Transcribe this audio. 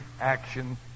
action